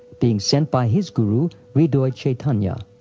being sent by his guru, hridoy chaitanya.